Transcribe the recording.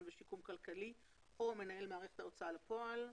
ושיקום כלכלי או מנהל מערכת ההוצאה לפועל.